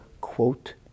quote